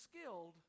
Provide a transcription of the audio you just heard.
skilled